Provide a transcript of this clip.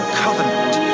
covenant